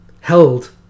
held